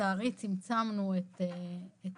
לצערי צמצמנו את השנים.